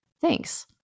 Thanks